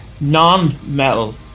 non-metal